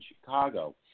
Chicago